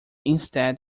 instead